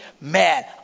Man